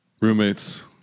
Roommates